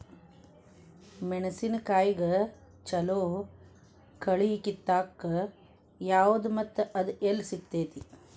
ಮೆಣಸಿನಕಾಯಿಗ ಛಲೋ ಕಳಿ ಕಿತ್ತಾಕ್ ಯಾವ್ದು ಮತ್ತ ಅದ ಎಲ್ಲಿ ಸಿಗ್ತೆತಿ?